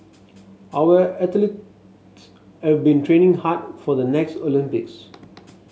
our athletes have been training hard for the next Olympics